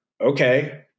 okay